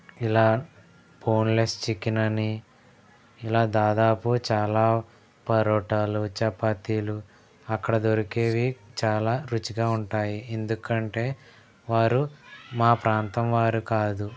ఇలా boneless chicken అని ఇలా దాదాపు చాలా పరోటాలు చపాతీలు అక్కడ దొరికేవి చాలా రుచిగా ఉంటాయి ఎందుకంటే వారు మా ప్రాంతం వారు కాదు